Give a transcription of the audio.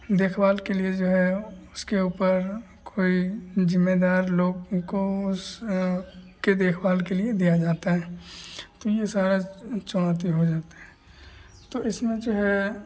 देखभाल के लिए जो है उसके ऊपर कोई ज़िम्मेदार लोग को के देखभाल के लिए दिया जाता है तो यह सारी चुनौती हो जाती है तो इसमें जो है